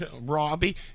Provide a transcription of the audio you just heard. Robbie